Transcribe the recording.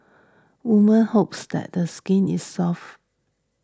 women hopes that skin is soft